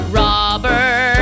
robber